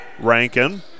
Rankin